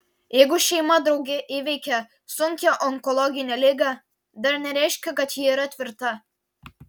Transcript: jeigu šeima drauge įveikė sunkią onkologinę ligą dar nereiškia kad ji yra tvirta